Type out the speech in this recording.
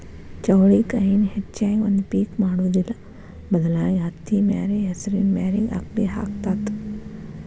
ಚೌಳಿಕಾಯಿನ ಹೆಚ್ಚಾಗಿ ಒಂದ ಪಿಕ್ ಮಾಡುದಿಲ್ಲಾ ಬದಲಾಗಿ ಹತ್ತಿಮ್ಯಾರಿ ಹೆಸರಿನ ಮ್ಯಾರಿಗೆ ಅಕ್ಡಿ ಹಾಕತಾತ